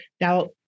now